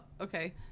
okay